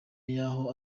y’aho